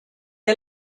est